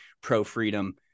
pro-freedom